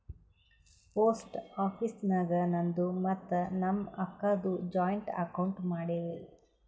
post office ನಾಗ್ ನಂದು ಮತ್ತ ನಮ್ ಅಕ್ಕಾದು ಜಾಯಿಂಟ್ ಅಕೌಂಟ್ ಮಾಡಿವ್